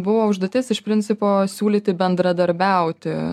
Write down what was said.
buvo užduotis iš principo siūlyti bendradarbiauti